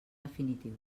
definitiu